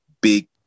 big